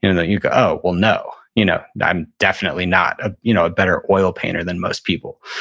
and you go, oh, well, no. you know i'm definitely not a you know better oil painter than most people.